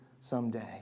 someday